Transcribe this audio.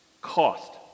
cost